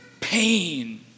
pain